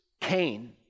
Cain